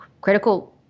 critical